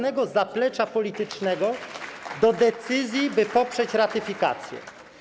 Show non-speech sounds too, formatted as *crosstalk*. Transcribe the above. własnego zaplecza politycznego *applause* do decyzji, by poprzeć ratyfikację.